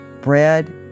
bread